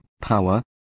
power